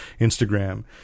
Instagram